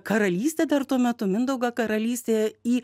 karalystė dar tuo metu mindaugo karalystė į